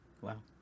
Wow